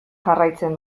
jarraitzen